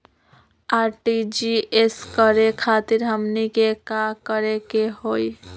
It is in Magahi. आर.टी.जी.एस करे खातीर हमनी के का करे के हो ई?